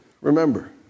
remember